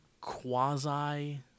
quasi